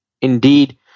indeed